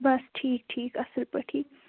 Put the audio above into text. بس ٹھیٖک ٹھیٖک اصل پٲٹھی